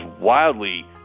wildly